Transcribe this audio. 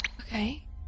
Okay